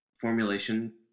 formulation